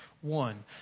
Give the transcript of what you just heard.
one